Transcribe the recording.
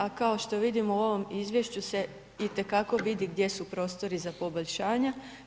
A kao što vidimo u ovom izvješću se itekako vidi gdje su prostori za poboljšanja.